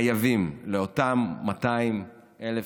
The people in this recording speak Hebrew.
חייבים לאותם 200,000